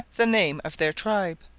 the name of their tribe.